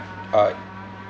uh